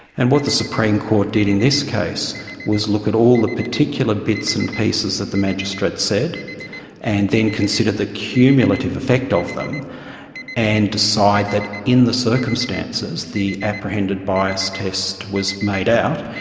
and what the supreme court did in this case was look at all the particular bits and pieces that the magistrate said and then consider the cumulative effect of them and decide that in the circumstances the apprehended bias test was made out.